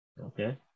Okay